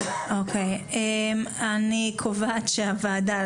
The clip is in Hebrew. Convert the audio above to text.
אני מעלה את זה להצבעה.